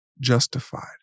Justified